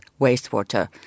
wastewater